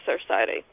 Society